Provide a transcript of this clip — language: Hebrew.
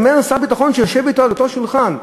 אומר שר הביטחון שיושב אתו ליד אותו שולחן,